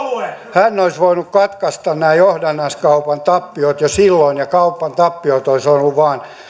hän olisi voinut katkaista nämä johdannaiskaupan tappiot jo silloin ja kaupan tappiot olisivat olleet vain